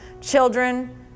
children